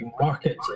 market